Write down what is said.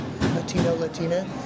Latino-Latina